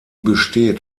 besteht